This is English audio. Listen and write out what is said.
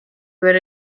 good